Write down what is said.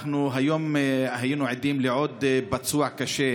היום היינו עדים לעוד פצוע קשה,